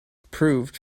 proved